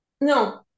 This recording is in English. No